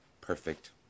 perfect